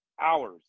hours